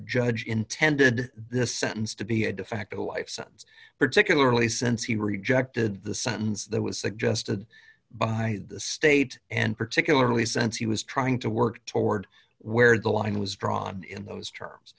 judge intended the sentence to be a de facto life sentence particularly since he rejected the sentence that was suggested by the state and particularly since he was trying to work toward where the line was drawn in those terms